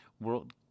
World